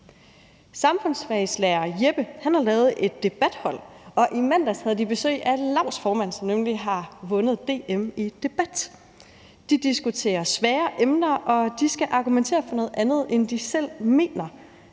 Samfundsfagslærer Jeppe har lavet et debathold, og i mandags havde de besøg af LAU's formand, som nemlig har vundet DM i debat. De diskuterer svære emner, og de skal argumentere for noget andet, end de selv mener.